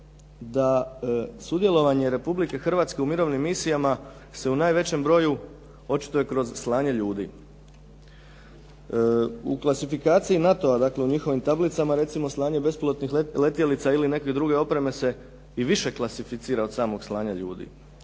da sudjelovanje Republike Hrvatske u mirovnim misijama se u najvećem broju očituje kroz slanje ljudi. U klasifikaciji NATO-a, dakle u njihovim tablicama recimo slanje besplatnih letjelica ili neke druge opreme se i više klasificira od samog slanja ljudi.